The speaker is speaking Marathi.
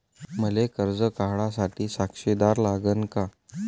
मले कर्ज काढा साठी साक्षीदार लागन का?